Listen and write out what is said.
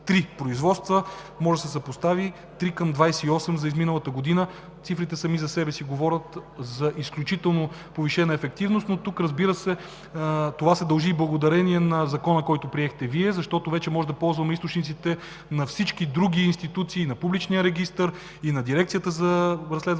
това се дължи и е благодарение на Закона, който приехте Вие, защото вече можем да ползваме източниците на всички други институции, на публичния регистър, на Дирекцията за разследване